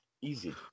easy